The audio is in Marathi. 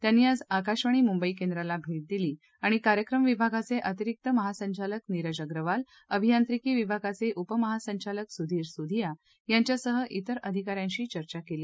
त्यांनी आज आकाशवाणी मुंबई केंद्राला भेट दिली आणि कार्यक्रम विभागाचे अतिरिक्त महासंचालक नीरज अग्रवाल अभियांत्रिकी विभागाचे उपमहासंचालक सुधीर सोधीया यांच्यासह तिर अधिकाऱ्यांशी चर्चा केली